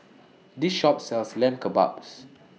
This Shop sells Lamb Kebabs